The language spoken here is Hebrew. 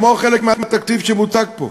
כמו חלק מהתקציב שמוצג פה.